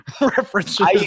references